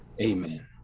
amen